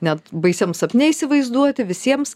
net baisiam sapne įsivaizduoti visiems